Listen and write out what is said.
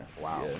Wow